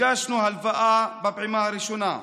ביקשנו הלוואה בפעימה הראשונה.